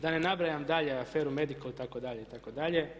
Da ne nabrajam dalje, aferu Medikol itd., itd.